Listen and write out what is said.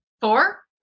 Four